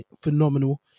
phenomenal